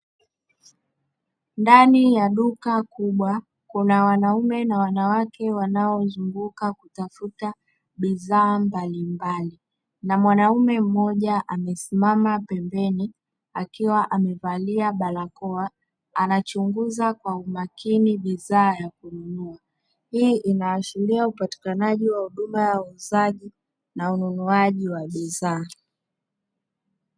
Ndani ya duka kubwa, kuna wanaume na wanawake wanaozunguka kutafuta bidhaa mbalimbali, na mwanaume mmoja amesimama pembeni, akiwa amevalia barakoa, anachunguza kwa umakini bidhaa ya kununua. Hii inaashiria upatikanaji wa huduma ya uuzaji na ununuaji wa bidhaa.